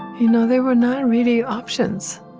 you know, they were not really options